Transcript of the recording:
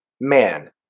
Man